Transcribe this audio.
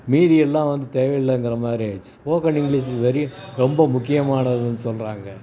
மீதியெல்லாம் வந்து தேவை இல்லங்கிற மாதிரி ஆகிடுச்சி ஸ்போக்கன் இங்கிலீஸ் வெரி ரொம்ப முக்கியமானதுன்னு சொல்கிறாங்க